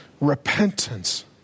repentance